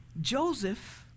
Joseph